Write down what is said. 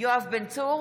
יואב בן צור,